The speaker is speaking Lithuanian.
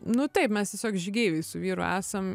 nu taip mes tiesiog žygeiviai su vyru esam